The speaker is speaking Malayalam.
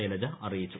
ശൈലജ അറിയിച്ചു